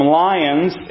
lions